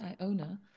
Iona